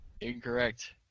Incorrect